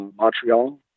Montreal